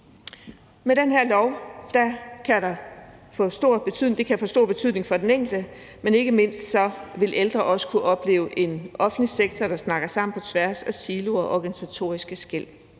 Det her lovforslag kan få en stor betydning for den enkelte, men ikke mindst vil ældre også kunne opleve en offentlig sektor, der snakker sammen på tværs af siloer og organisatoriske skel